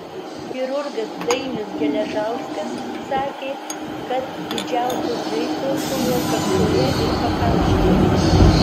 chirurgas dainius geležauskas sakė kad didžiausios žaizdos buvo kaktoje ir pakaušyje